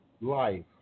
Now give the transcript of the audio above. life